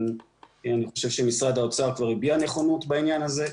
אני חושב שמשרד האוצר כבר הביע נכונות בעניין הזה.